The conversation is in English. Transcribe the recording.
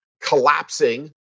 collapsing